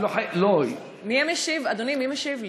אדוני, מי משיב לי?